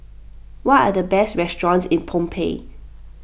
what are the best restaurants in Phnom Penh